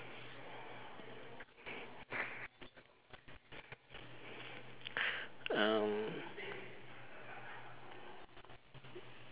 uh